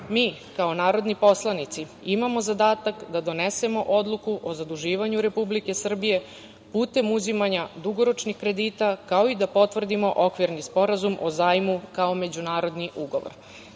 Mi kao narodni poslanici imamo zadatak da donesemo odluku o zaduživanju Republike Srbije putem uzimanja dugoročnih kredita, kao i da potvrdimo Okvirni sporazum o zajmu kao međunarodni ugovor. Zakonom